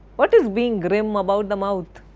what is being grim about the mouth?